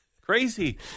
Crazy